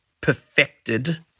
perfected